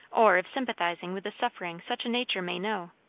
or of sympathizing with the suffering such a nature may know.